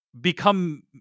become